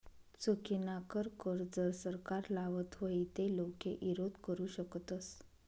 चुकीनाकर कर जर सरकार लावत व्हई ते लोके ईरोध करु शकतस